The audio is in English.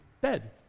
bed